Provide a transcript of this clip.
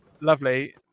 Lovely